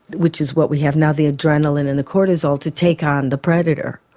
which is what we have now, the adrenalin and the cortisol to take on the predator.